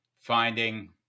finding